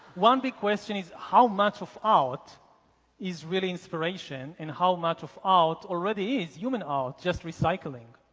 one big question is how much of art is really inspiration and how much of art already is human are just recycling?